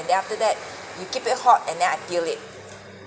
and then after that you keep it hot and then I peel it